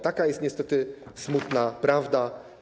Taka jest niestety smutna prawda.